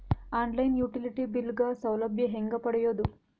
On line utility bill ಗ ಸೌಲಭ್ಯ ಹೇಂಗ ಪಡೆಯೋದು?